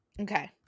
Okay